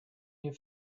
you